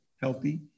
healthy